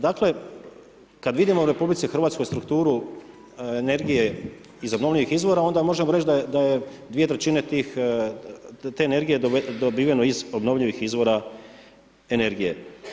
Dakle, kad vidimo u RH strukturu energije iz obnovljivih izvora onda možemo reć da je 2/3 tih te energije dobiveno iz obnovljivih izvora energije.